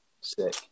sick